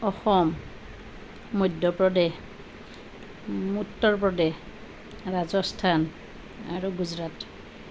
অসম মধ্য প্ৰদেশ উত্তৰ প্ৰদেশ ৰাজস্থান আৰু গুজৰাট